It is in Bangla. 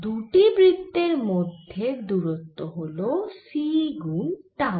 দুটি বৃত্তের মধ্যের দূরত্ব হল c গুন টাউ